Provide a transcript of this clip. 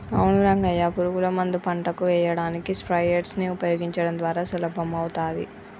అవును రంగయ్య పురుగుల మందు పంటకు ఎయ్యడానికి స్ప్రయెర్స్ నీ ఉపయోగించడం ద్వారా సులభమవుతాది